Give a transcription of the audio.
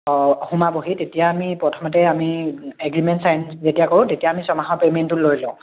সোমাবহি তেতিয়া আমি প্ৰথমতে আমি এগ্ৰিমেণ্ট ছাইন যেতিয়া কৰোঁ তেতিয়া আমি ছমাহৰ পেমেণ্টটো লৈ লওঁ